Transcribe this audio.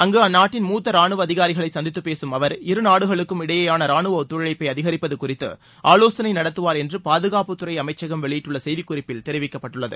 அங்கு அந்நாட்டின் மூத்த ரானுவ அதிகாரிகளை சந்தித்து பேசும் அவர் இருநாடுகளுக்கும் இடையேயான ராணுவ ஒத்துழைப்பை அதிகரிப்பது குறித்து ஆலோசனை நடத்துவார் என்று பாதுகாப்புத்துறை அமைச்சகம் வெளியிட்டுள்ள செய்திக்குறிப்பில் தெரிவிக்கப்பட்டுள்ளது